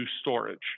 storage